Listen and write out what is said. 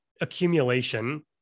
accumulation